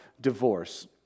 divorce